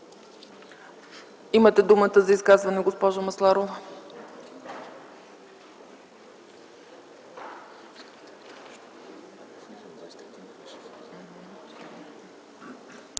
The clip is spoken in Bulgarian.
Имате думата за изказване, госпожо Масларова.